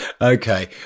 Okay